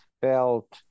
felt